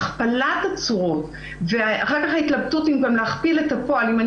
הכפלת צורות ואחר כך ההתלבטות אם גם להכפיל את הפועל אם אני